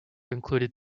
included